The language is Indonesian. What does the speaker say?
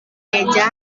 meja